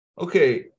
Okay